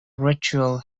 ritual